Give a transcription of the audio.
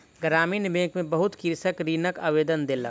ग्रामीण बैंक में बहुत कृषक ऋणक आवेदन देलक